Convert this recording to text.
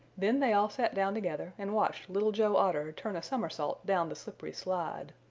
then they all sat down together and watched little joe otter turn a somersault down the slippery slide.